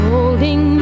Holding